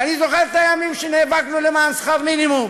ואני זוכר את הימים שנאבקנו למען שכר מינימום.